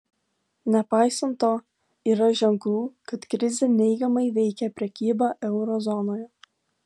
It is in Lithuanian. nepaisant to yra ženklų kad krizė neigiamai veikia prekybą euro zonoje